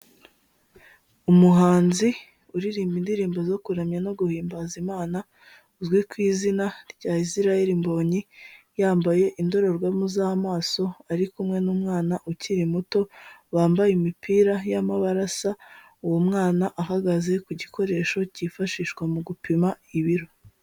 Umuhanzi uririmba indirimbo zo kuramya no guhimbaza Imana uzwi ku izina rya Israel Mbonyi yambaye indorerwamo z'amaso, ari kumwe n'umwana ukiri muto bambaye imipira y'amabara asa. Uwo mwana ahagaze ku gikoresho cyifashishwa mu gupima ibiro.